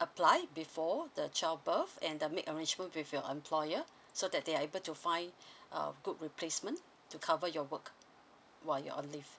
apply before the child birth and the make arrangement with your employer so that they are able to find a good replacement to cover your work while you're on leave